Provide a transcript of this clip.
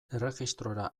erregistrora